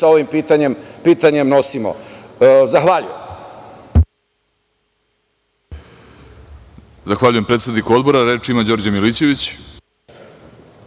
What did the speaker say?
sa ovim pitanjem nosimo. Zahvaljujem.